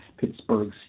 Pittsburgh